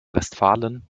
westfalen